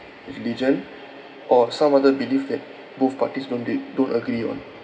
religion or some other belief that both parties don't gree~ don't agree on